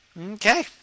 Okay